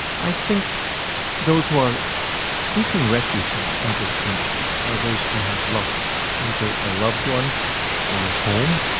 i think those who are seeking refuges in other countries are those who have lost either a loved one or a home.